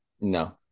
No